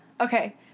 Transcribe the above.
Okay